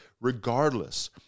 regardless